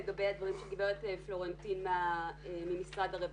לגבי הדברים שאמרה גברת פלורנטין ממשרד הרווחה.